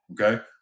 okay